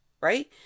right